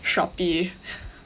Shopee